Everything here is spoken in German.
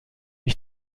ich